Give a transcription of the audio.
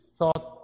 thought